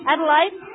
Adelaide